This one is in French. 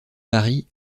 paris